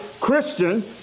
Christian